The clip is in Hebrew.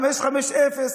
550,